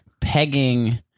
pegging